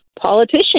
politician